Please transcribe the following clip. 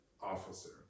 officer